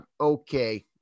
Okay